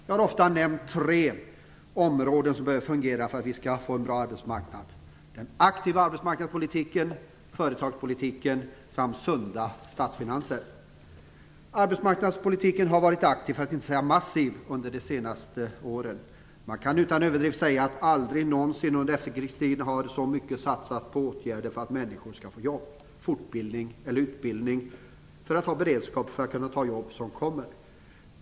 Jag har ofta nämnt tre områden som behöver fungera för att få en bra arbetsmarknad: den aktiva arbetsmarknadspolitiken, företagspolitiken samt sunda statsfinanser. Arbetsmarknadspolitiken har varit aktiv, för att inte säga massiv, under de senaste åren. Aldrig någonsin under efterkrigstiden har så mycket satsats på åtgärder, för att människor skall få jobb, fortbildning eller utbildning, för att ha beredskap att kunna ta de jobb som kommer; det kan man utan överdrift säga.